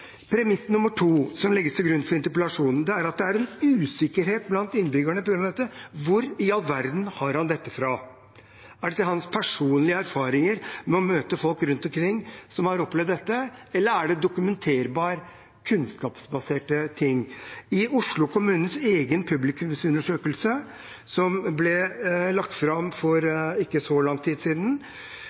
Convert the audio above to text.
Premiss nr. 2 som legges til grunn for interpellasjonen, er at det er en usikkerhet blant innbyggerne på grunn av dette. Hvor i all verden har han dette fra? Er dette hans personlige erfaringer når han møter folk rundt omkring som har opplevd dette, eller er det dokumenterbare, kunnskapsbaserte ting? I Oslo kommunes egen publikumsundersøkelse, som ble lagt fram for ikke så lenge siden,